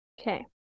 Okay